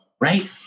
Right